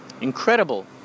Incredible